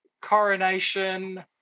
coronation